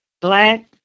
black